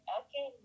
okay